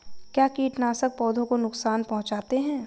क्या कीटनाशक पौधों को नुकसान पहुँचाते हैं?